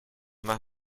más